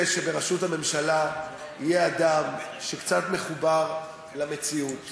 שבראשות הממשלה יהיה אדם שקצת מחובר למציאות